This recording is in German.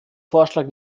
vorschlag